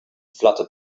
fluttered